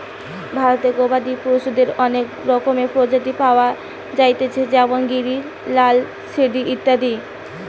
ভারতে গবাদি পশুদের অনেক রকমের প্রজাতি পায়া যাইতেছে যেমন গিরি, লাল সিন্ধি ইত্যাদি